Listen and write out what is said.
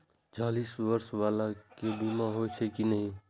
चालीस बर्ष बाला के बीमा होई छै कि नहिं?